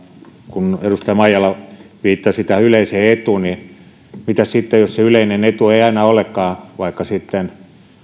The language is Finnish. kun edustaja maijala viittasi yleiseen etuun niin mitä sitten jos se yleinen etu ei aina olekaan vaikka